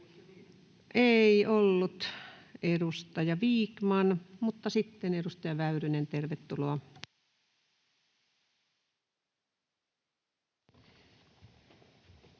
Ei ollut. — Edustaja Vikman, poissa. — Mutta sitten edustaja Väyrynen, tervetuloa!